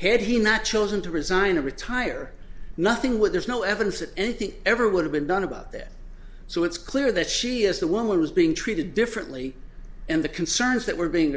had he not chosen to resign or retire nothing with there's no evidence that anything ever would have been done about that so it's clear that she is the woman was being treated differently and the concerns that were being